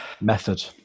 method